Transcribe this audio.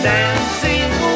Dancing